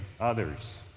others